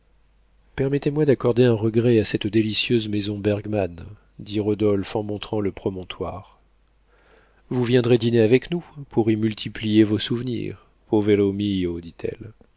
permettez-moi d'accorder un regret à cette délicieuse maison bergmann dit rodolphe en montrant le promontoire vous viendrez dîner avec nous pour y multiplier vos souvenirs povero mio dit-elle